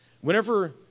Whenever